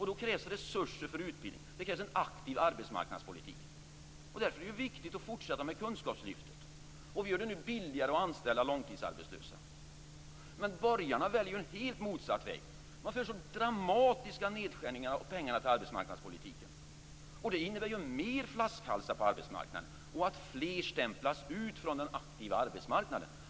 Då krävs resurser för utbildning och en aktiv arbetsmarknadspolitik. Därför är det viktigt att fortsätta med kunskapslyftet. Vi gör det nu billigare att anställa långtidsarbetslösa. Men borgarna väljer helt motsatt väg. Man föreslår dramatiska nedskärningar av pengarna till arbetsmarknaden. Det innebär fler flaskhalsar på arbetsmarknaden och att fler stämplas ut från den aktiva arbetsmarknaden.